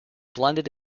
blended